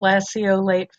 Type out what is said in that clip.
lanceolate